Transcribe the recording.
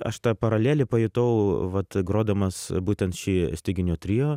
aš tą paralelę pajutau vat grodamas būtent šį styginių trio